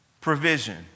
provision